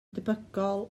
debygol